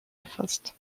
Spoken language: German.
erfasst